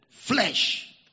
Flesh